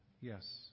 Yes